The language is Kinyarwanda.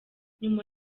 nyuma